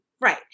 right